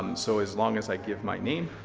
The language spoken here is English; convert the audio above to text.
so as long as i give my name,